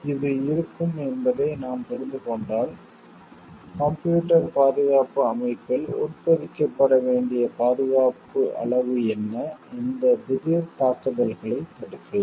இது இருக்கும் என்பதை நாம் புரிந்து கொண்டால் கம்ப்யூட்டர் பாதுகாப்பு அமைப்பில் உட்பொதிக்கப்பட வேண்டிய பாதுகாப்பு அளவு என்ன இந்த திடீர் தாக்குதல்களைத் தடுக்கலாம்